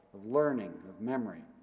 of learning, of memory.